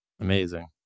Amazing